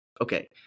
Okay